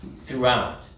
throughout